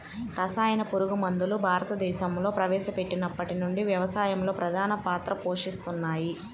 రసాయన పురుగుమందులు భారతదేశంలో ప్రవేశపెట్టినప్పటి నుండి వ్యవసాయంలో ప్రధాన పాత్ర పోషిస్తున్నాయి